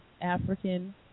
African